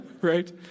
Right